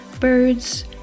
birds